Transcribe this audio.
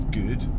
good